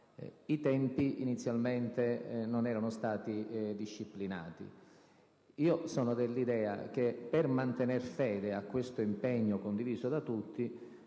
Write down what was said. i tempi non erano stato disciplinati, ma io sono dell'idea che, per mantenere fede a questo impegno condiviso da tutti,